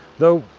though,